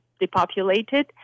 depopulated